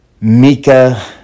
Mika